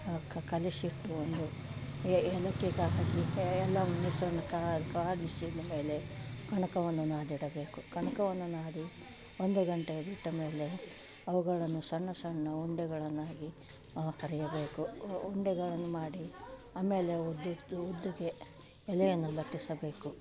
ಕ ಕಲಸಿಟ್ಟು ಒಂದು ಏಲಕ್ಕಿಗೆ ಹಾಕಿ ಎಲ್ಲವು ಮಿಶ್ರಣ ಕುದಿಸಿದ ಮೇಲೆ ಕನಕವನ್ನು ನಾದಿಡಬೇಕು ಕನ್ಕವನ್ನು ನಾದಿ ಒಂದು ಗಂಟೆ ಬಿಟ್ಟ ಮೇಲೆ ಅವುಗಳನ್ನು ಸಣ್ಣ ಸಣ್ಣ ಉಂಡೆಗಳನ್ನಾಗಿ ಕರಿಯಬೇಕು ಉಂಡೆಗಳನ್ನು ಮಾಡಿ ಆಮೇಲೆ ಹುರ್ದಿಟ್ಟು ಉದ್ದಗೆ ಎಲೆಯನ್ನು ಲಟ್ಟಿಸಬೇಕು